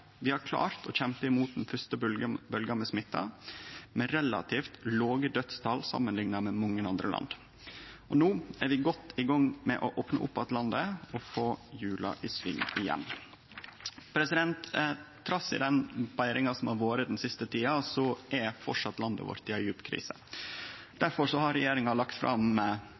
Vi har klart å kjempe imot den første bølgja med smitte med relativt låge dødstal sammanlikna med mange andre land. No er vi godt i gang med å opne opp att landet og få hjula i sving igjen. Trass i den betringa som har vore den siste tida, er landet vårt framleis i ei djup krise. Difor har regjeringa lagt fram